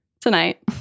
tonight